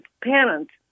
parents